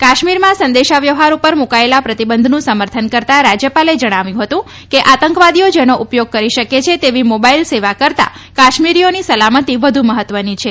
કાશ્મીરમાં સંદેશા વ્યવહાર ઉપર મુકાયેલા પ્રતિબંધનું સમર્થન કરતાં રાજ્યપાલે જણાવ્યું હતું કે આતંકવાદીઓ જેનો ઉપયોગ કરી શકે છે તેવી મોબાઈલ સેવા કરતાં કાશ્મીરીઓની સલામતી વધુ મહત્વની છે